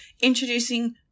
introducing